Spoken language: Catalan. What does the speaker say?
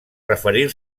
referir